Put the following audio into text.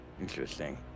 Interesting